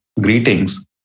greetings